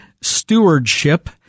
Stewardship